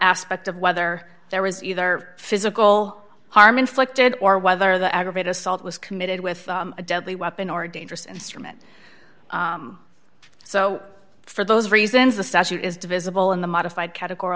aspect of whether there was either physical harm inflicted or whether the aggravated assault was committed with a deadly weapon or dangerous instrument so for those reasons the statute is divisible and the modified categor